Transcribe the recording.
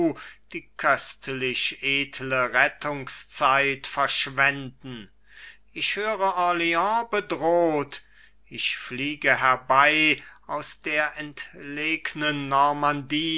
die köstlich edle rettungszeit verschwenden ich höre orleans bedroht ich fliege herbei aus der entlegnen normandie